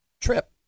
trip